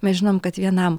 mes žinom kad vienam